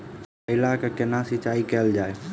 करैला केँ कोना सिचाई कैल जाइ?